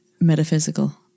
metaphysical